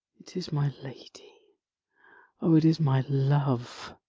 it is my lady o, it is my love!